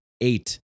eight